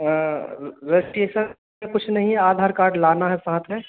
registration कुछ नहीं है आधार कार्ड लाना है साथ में